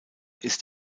ist